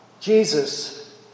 Jesus